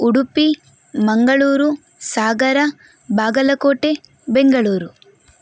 Udupi Mangaluru Sagar Bagalkote Bengaluru